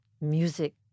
music